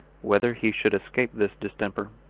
whether he should escape this distemper.